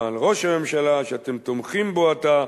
ועל ראש הממשלה שאתם תומכים בו עתה.